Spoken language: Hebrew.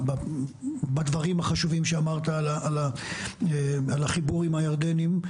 בדברים החשובים שאמרת על החיבור עם הירדנים.